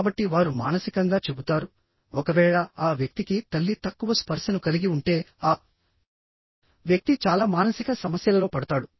కాబట్టి వారు మానసికంగా చెబుతారు ఒకవేళ ఆ వ్యక్తికి తల్లి తక్కువ స్పర్శను కలిగి ఉంటే ఆ వ్యక్తి చాలా మానసిక సమస్యలలో పడతాడు